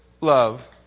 love